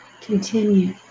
Continue